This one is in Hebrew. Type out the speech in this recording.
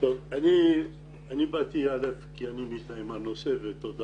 אני באתי כי אני מזדהה עם הנושא ותודה